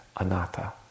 anatta